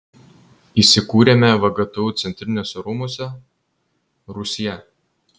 įsikūrėme vgtu centriniuose rūmuose rūsyje